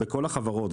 בכל החברות,